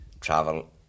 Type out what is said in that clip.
travel